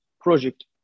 project